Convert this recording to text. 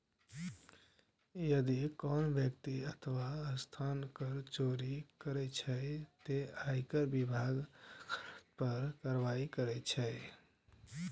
यदि कोनो व्यक्ति अथवा संस्था कर चोरी करै छै, ते आयकर विभाग ओकरा पर कार्रवाई करै छै